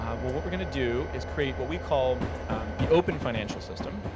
um well what we're gonna do is create what we call the open financial system.